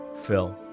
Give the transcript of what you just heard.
Phil